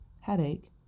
headache